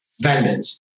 vendors